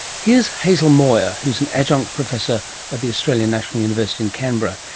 here's hazel moir, who's an adjunct professor at the australian national university in canberra.